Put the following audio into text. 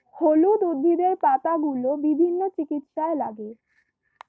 হলুদ উদ্ভিদের পাতাগুলো বিভিন্ন চিকিৎসায় লাগে